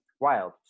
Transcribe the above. wild